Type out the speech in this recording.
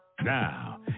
Now